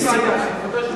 אין לי בעיה.